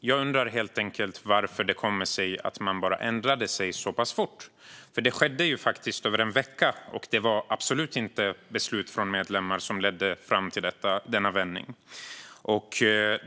jag undrar hur det kommer sig att man ändrade sig så pass fort. Det skedde faktiskt över en vecka, och det var absolut inte beslut av medlemmar som ledde fram till denna vändning.